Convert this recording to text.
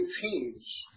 teams